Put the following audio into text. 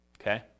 Okay